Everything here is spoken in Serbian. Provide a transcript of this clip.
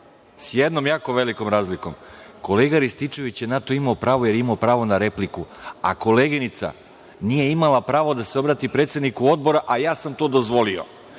sa jednom jako velikom razlikom, kolega Rističević je na to imao pravo na repliku, a koleginica nije imala pravo da se obrati predsedniku odbora a ja sam to dozvolio. Ako